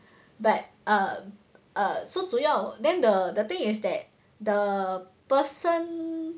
but err err so 主要 then the the thing is that the person